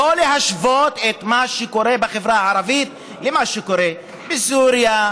ולא להשוות את מה שקורה בחברה הערבית למה שקורה בסוריה,